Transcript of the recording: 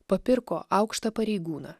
papirko aukštą pareigūną